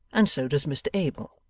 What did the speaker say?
and so does mr abel.